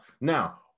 Now